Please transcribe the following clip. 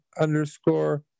underscore